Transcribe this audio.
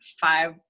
five